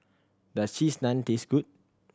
does Cheese Naan taste good